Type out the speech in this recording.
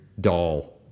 doll